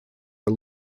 are